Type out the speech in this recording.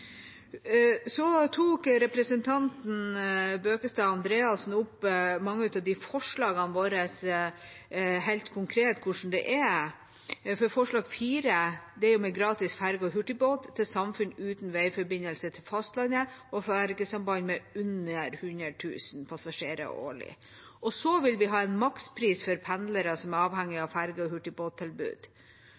Så tok representanten Bøkestad Andreassen opp hvordan mange av forslagene våre helt konkret er. Forslag nr. 4 gjelder gratis ferge og hurtigbåt for samfunn uten veiforbindelse til fastlandet og fergesamband med under 100 000 passasjerer årlig. Vi vil ha en makspris for pendlere som er avhengige av ferge- og hurtigbåttilbud.